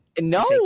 No